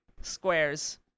Squares